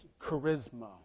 charisma